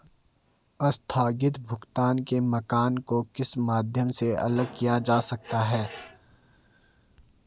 आस्थगित भुगतान के मानक को किस माध्यम से अलग किया जा सकता है?